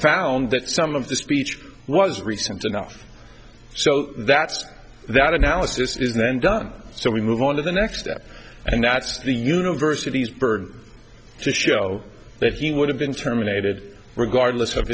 found that some of the speech was recent enough so that's that analysis is then done so we move on to the next step and that's the university's byrd to show that he would have been terminated regardless of